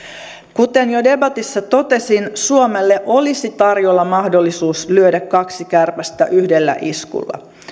kuten jo debatissa totesin suomelle olisi tarjolla mahdollisuus lyödä kaksi kärpästä yhdellä iskulla